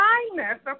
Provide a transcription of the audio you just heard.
Kindness